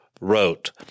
wrote